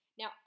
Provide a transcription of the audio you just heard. Now